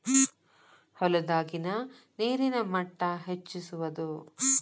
ಹೊಲದಾಗಿನ ನೇರಿನ ಮಟ್ಟಾ ಹೆಚ್ಚಿಸುವದು